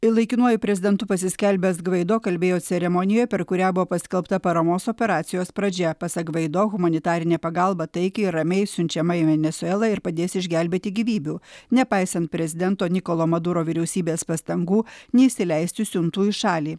laikinuoju prezidentu pasiskelbęs gvaido kalbėjo ceremonijoje per kurią buvo paskelbta paramos operacijos pradžia pasak gvaido humanitarinė pagalba taikiai ir ramiai siunčiama į venesuelą ir padės išgelbėti gyvybių nepaisant prezidento nikolo maduro vyriausybės pastangų neįsileisti siuntų į šalį